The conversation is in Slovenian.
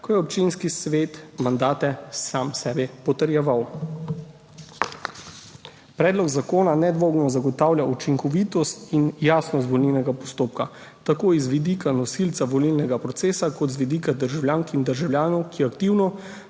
ko je občinski svet mandate sam sebi potrjeval. Predlog zakona nedvomno zagotavlja učinkovitost in jasnost volilnega postopka tako z vidika nosilca volilnega procesa kot z vidika državljank in državljanov, ki aktivno